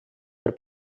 per